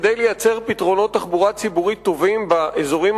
כדי לייצר פתרונות תחבורה ציבורית טובים באזורים